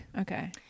Okay